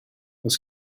oes